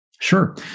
Sure